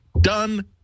done